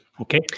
Okay